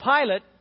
Pilate